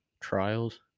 trials